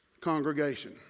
congregation